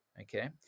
Okay